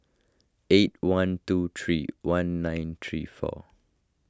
eight one two three one nine three four